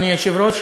אדוני היושב-ראש,